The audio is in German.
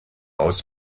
aus